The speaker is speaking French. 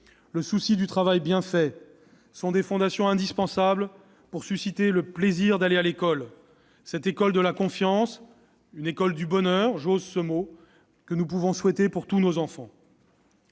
le souci du travail bien fait sont des fondations indispensables pour susciter le plaisir d'aller à l'école, cette école de la confiance, une école du bonheur- j'ose ce mot -, que nous pouvons souhaiter pour tous nos enfants.